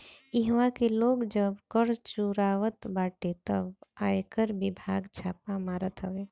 इहवा के लोग जब कर चुरावत बाटे तअ आयकर विभाग छापा मारत हवे